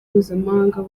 mpuzamahanga